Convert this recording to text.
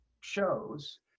shows